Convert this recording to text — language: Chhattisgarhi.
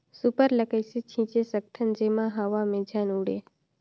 सुपर ल कइसे छीचे सकथन जेमा हवा मे झन उड़े?